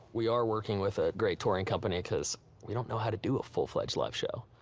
we are working with a great touring company cause we don't know how to do a full-fledged live show.